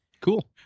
Cool